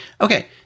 okay